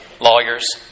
lawyers